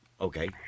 Okay